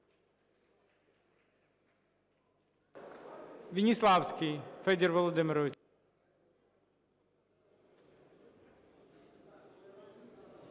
Веніславський Федір Володимирович.